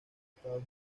estados